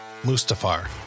Mustafar